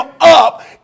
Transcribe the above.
up